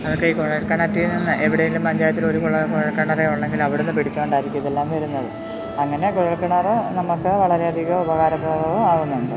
നമുക്ക് ഈ കുഴൽക്കിണറ്റില് നിന്ന് എവിടെയെങ്കിലും പഞ്ചായത്തിലൊരു കുഴല്ക്കിണറുണ്ടെങ്കില് അവിടെനിന്ന് പിടിച്ചുകൊണ്ടായിരിക്കും ഇതെല്ലാം വരുന്നത് അങ്ങനെ കുഴല്ക്കിണര് നമുക്ക് വളരെയധികം ഉപകാരപ്രദവുമാകുന്നുണ്ട്